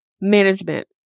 management